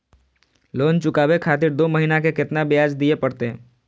Loan चुकाबे खातिर दो महीना के केतना ब्याज दिये परतें?